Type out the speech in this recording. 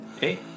Hey